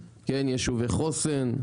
יישובי חוסן,